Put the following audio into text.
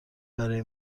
برای